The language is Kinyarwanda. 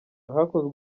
hakozwe